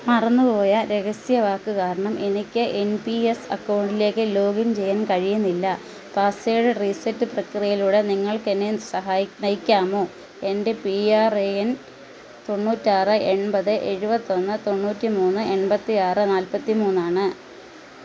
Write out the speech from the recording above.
മറന്ന് പോയ രഹസ്യവാക്ക് കാരണം എനിക്ക് എൻ പി എസ് അക്കൗണ്ടിലേക്ക് ലോഗിൻ ചെയ്യാൻ കഴിയുന്നില്ല പാസ്വേഡ് റീസെറ്റ് പ്രക്രിയയിലൂടെ നിങ്ങൾക്കെന്നെ നയിക്കാമോ എൻ്റെ പി ആർ എ എൻ തോണ്ണൂറ്റാറ് എൺപത് എഴുപത്തൊന്ന് തൊണ്ണൂറ്റി മൂന്ന് എൺപത്തി ആറ് നാൽപ്പത്തിമൂന്ന് ആണ്